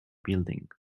building